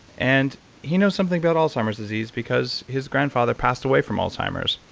and he knows something about alzheimer's disease because his grandfather passed away from alzheimer's.